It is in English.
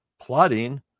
Plotting